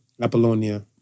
Apollonia